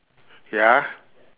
ya